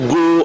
go